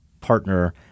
partner